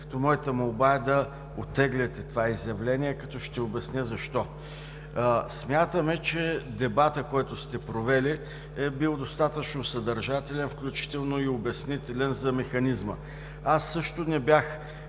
като моята молба е да оттеглите това изявление, ще обясня защо. Смятаме, че дебатът, който сте провели, е бил достатъчно съдържателен, включително и обяснителен за механизма. Аз също не бях